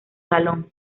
salón